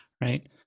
right